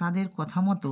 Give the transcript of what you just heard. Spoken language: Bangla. তাদের কথা মতো